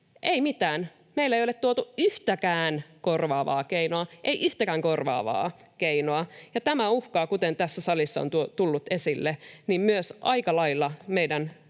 Ei mitään. Meille ei ole tuotu yhtäkään korvaavaa keinoa, ei yhtäkään korvaavaa keinoa, ja tämä uhkaa, kuten tässä salissa on tullut esille, myös aika lailla meidän